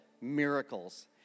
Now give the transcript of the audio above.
Miracles